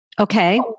Okay